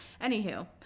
anywho